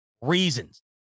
reasons